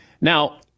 Now